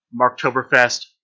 Marktoberfest